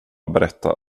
berätta